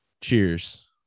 cheers